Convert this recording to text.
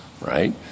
right